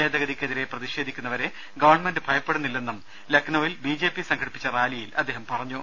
ഭേദഗതിക്കെതിരെ പ്രതിഷേധിക്കുന്നവരെ ഗവൺമെന്റ് ഭയപ്പെടുന്നില്ലെന്നും ലക്നൌവിൽ ബി ജെ പി സംഘടിപ്പിച്ച റാലിയിൽ അദ്ദേഹം പറഞ്ഞു